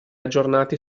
aggiornati